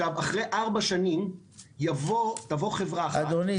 אחרי ארבע שנים תבוא חברת אחת ואולי --- אדוני,